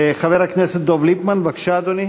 חבר הכנסת דב ליפמן, בבקשה, אדוני.